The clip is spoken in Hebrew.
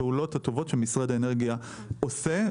את הפעולות הטובות שמשרד האנרגיה עושה,